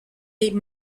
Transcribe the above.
des